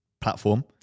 platform